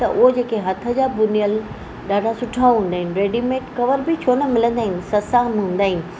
त उओ जेके हथ जा बुनियलु ॾाठा सुठा हूंदा आहिनि रेडीमेड कवर बि छो न मिलंदा आहिनि सस्ता बि हूंदा आहिनि